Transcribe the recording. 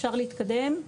אפשר להתקדם.